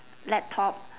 laptop